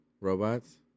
robots